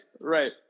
right